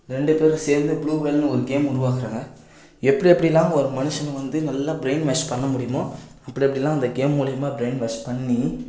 ரெண்டு பேரும் சேர்ந்து ப்ளூவேல்னு ஒரு கேம் உருவாக்குறாங்க எப்படி எப்படில்லாம் ஒரு மனுசனை வந்து நல்லா ப்ரைன்வாஷ் பண்ணமுடியுமோ அப்படி அப்படில்லாம் அந்த கேம் மூலியமாக ப்ரைன்வாஷ் பண்ணி